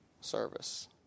service